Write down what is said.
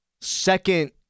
second